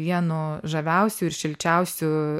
vienu žaviausių ir šilčiausių